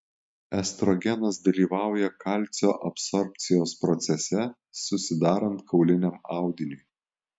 estrogenas dalyvauja kalcio absorbcijos procese susidarant kauliniam audiniui